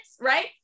right